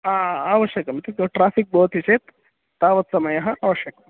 आ आवश्यकं किन्तु ट्राफिक् भवति चेद् तावद् समयः आवश्यकं